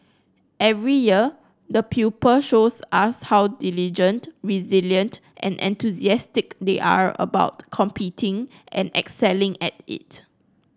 every year the pupil shows us how diligent resilient and enthusiastic they are about competing and excelling at it